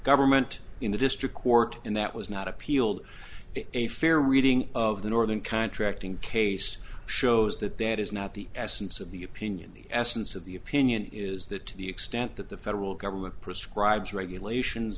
government in the district court and that was not appealed a fair reading of the northern contracting case shows that that is not the essence of the opinion the essence of the opinion is that to the extent that the federal government prescribes regulations